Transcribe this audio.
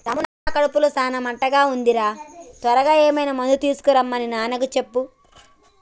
రాము నా కడుపులో సాన మంటగా ఉంది రా త్వరగా ఏమైనా మందు తీసుకొనిరమన్ని నాన్నకు చెప్పు